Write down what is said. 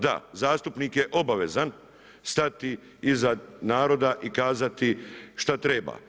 Da, zastupnik je obavezan stati iza naroda i kazati šta treba.